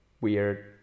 weird